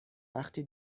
وقتی